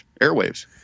airwaves